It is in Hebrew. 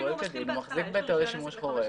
הוא מחזיק בהיתר לשימוש חורג.